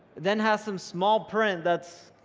then has some small print that's,